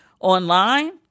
online